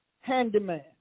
handyman